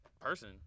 person